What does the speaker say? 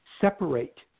separate